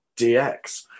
DX